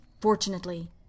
Fortunately